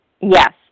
Yes